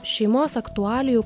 šeimos aktualijų